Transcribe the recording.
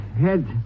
head